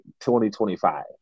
2025